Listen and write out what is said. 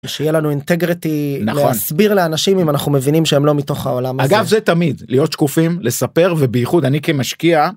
שיהיה לנו אינטגריטי. נכון. להסביר לאנשים אם אנחנו מבינים שהם לא מתוך העולם הזה. אגב זה תמיד, להיות שקופים לספר ובייחוד, אני כמשקיע.